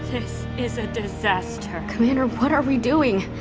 this is a disaster commander, what are we doing?